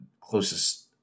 closest